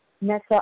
Nessa